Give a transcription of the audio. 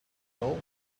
all